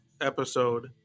episode